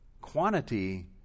quantity